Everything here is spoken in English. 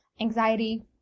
anxiety